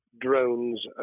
drones